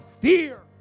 fear